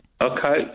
Okay